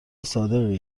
صادقی